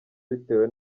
bitewe